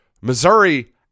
Missouri